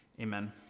amen